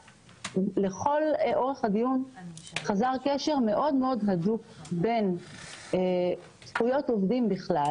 לכל אורך הדיון חזר קשר מאוד הדוק בין זכויות עובדים בכלל